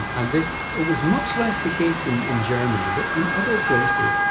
and this was much less the case in in germany, but in other places,